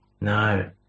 No